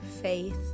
faith